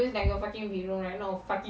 mm